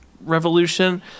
revolution